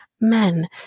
men